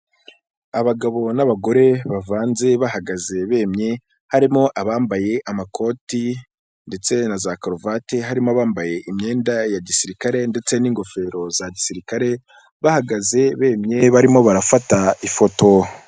Abagabo n'abagore bavanze bahagaze bemye, harimo abambaye amakoti ndetse na za karuvati, harimo bambaye imyenda ya gisirikare ndetse n'ingofero za gisirikare, bahagaze bemye barimo barafata ifoto.